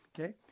okay